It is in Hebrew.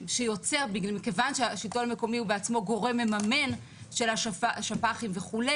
- מכיוון שהשלטון המקומי הוא בעצמו גורם מממן של השפ"חים וכו',